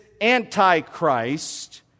Antichrist